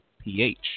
pH